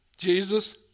Jesus